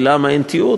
ולמה אין תיעוד,